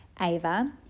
Ava